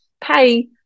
pay